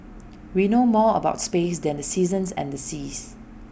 we know more about space than the seasons and the seas